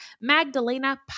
Magdalena